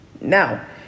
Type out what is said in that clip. Now